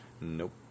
Nope